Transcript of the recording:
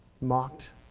mocked